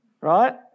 Right